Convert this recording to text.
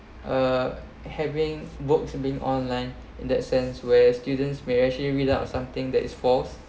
uh having books have been online in that sense where students may actually read up something that is false